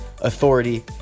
authority